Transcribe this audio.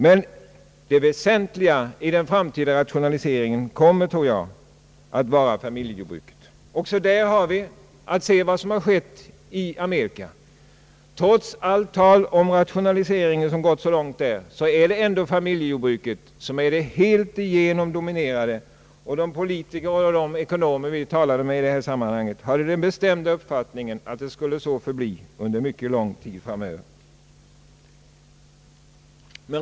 Men det väsentliga i den framtida rationaliseringen kommer, tror jag, att vara familjejordbruket. Också där kan vi se på vad som har skett i Amerika. Trots allt tal om rationaliseringen som där gått så långt är det ändå familjejordbruket som där är det helt dominerande. De politiker och ekonomer som vi talade med i detta sammanhang hade den bestämda uppfattningen att så skulle förbli under mycket lång tid.